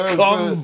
come